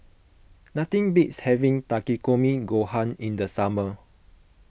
nothing beats having Takikomi Gohan in the summer